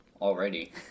already